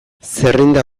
zerrenda